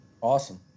awesome